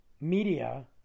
media